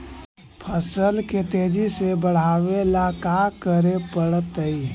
फसल के तेजी से बढ़ावेला का करे पड़तई?